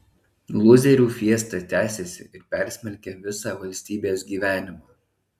lūzerių fiesta tęsiasi ir persmelkia visą valstybės gyvenimą